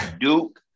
Duke